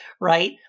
right